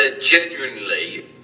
genuinely